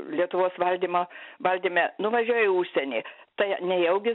lietuvos valdymo valdyme nuvažiuoja į užsienį tai nejaugi